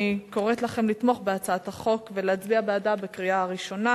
אני קוראת לכם לתמוך בהצעת החוק ולהצביע בעדה בקריאה ראשונה.